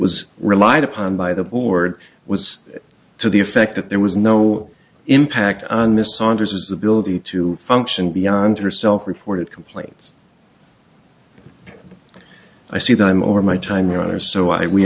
was relied upon by the board was to the effect that there was no impact on this saunders ability to function beyond herself reported complaints i see them over my time